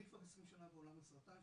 אני כבר עשרים שנה בעולם הסרטן,